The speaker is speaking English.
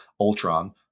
Ultron